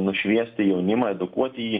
nušviesti jaunimą edukuoti jį